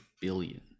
billion